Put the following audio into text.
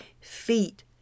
feet